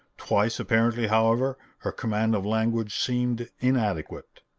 twice apparently, however, her command of language seemed inadequate.